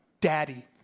daddy